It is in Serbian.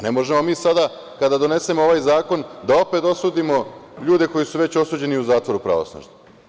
Ne možemo mi sada, kada donesemo ovaj zakon, da opet osudimo ljude koji su već osuđeni u zatvoru pravosnažno.